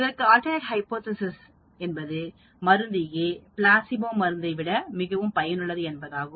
இதற்கு alternate hypothesis என்பது மருந்துA பிளாசிபோமருந்தைவிட மிகவும் பயனுள்ளது என்பதாகும்